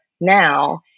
now